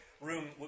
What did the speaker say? Room